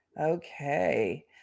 Okay